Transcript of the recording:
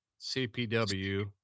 CPW